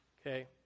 Okay